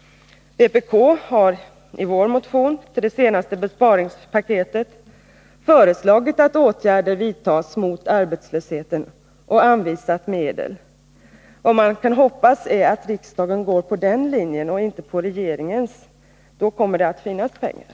Vpk har i sin motion med anledning av det senaste besparingspaketet föreslagit att åtgärder vidtas mot arbetslösheten och anvisat medel. Vad man kan hoppas är att riksdagen följer den linjen och inte regeringens. I så fall kommer det att finnas pengar.